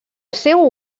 seu